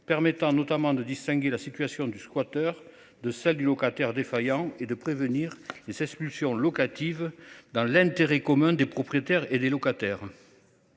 permettant notamment de distinguer la situation du squatteur de celle du locataire défaillant et de prévenir est-ce expulsions locatives dans l'intérêt commun des propriétaires et les locataires.